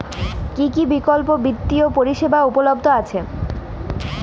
কী কী বিকল্প বিত্তীয় পরিষেবা উপলব্ধ আছে?